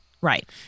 Right